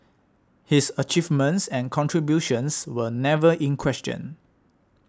his achievements and contributions were never in question